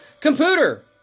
Computer